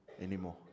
anymore